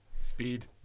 speed